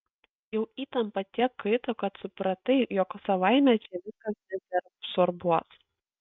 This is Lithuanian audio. jau įtampa tiek kaito kad supratai jog savaime čia viskas nesiabsorbuos